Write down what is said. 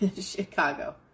Chicago